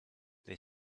they